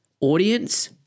audience